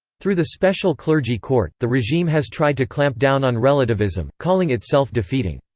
through the special clergy court, the regime has tried to clamp down on relativism, calling it self-defeating.